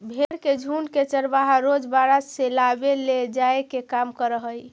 भेंड़ के झुण्ड के चरवाहा रोज बाड़ा से लावेले जाए के काम करऽ हइ